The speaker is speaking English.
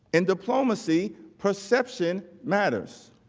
in diplomacy, perception matters.